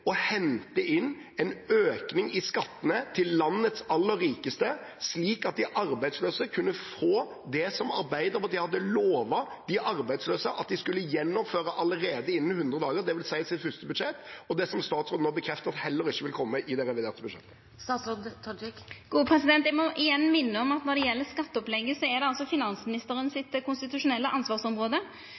å hente inn en økning i skattene til landets aller rikeste, slik at de arbeidsløse kunne få det som Arbeiderpartiet hadde lovet dem at de skulle gjennomføre allerede innen 100 dager, dvs. i sitt første budsjett, og det som statsråden nå bekrefter at heller ikke vil komme i det reviderte budsjettet? Eg må igjen minna om at når det gjeld skatteopplegget, er det finansministeren sitt konstitusjonelle ansvarsområde.